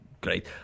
great